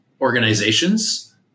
organizations